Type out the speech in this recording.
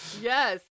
Yes